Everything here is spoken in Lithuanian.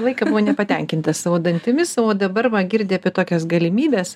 laiką buvo nepatenkintas savo dantimis o dabar va girdi apie tokias galimybes